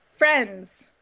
Friends